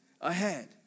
ahead